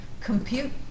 Compute